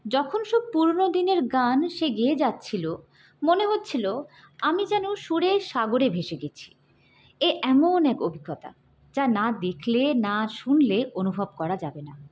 যখন সব পুরনো দিনের গান সে গেয়ে যাচ্ছিল মনে হচ্ছিল আমি যেন সুরের সাগরে ভেসে গিয়েছি এ এমন এক অভিজ্ঞতা যা না দেখলে না শুনলে অনুভব করা যাবে না